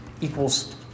equals